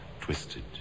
twisted